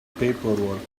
paperwork